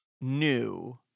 new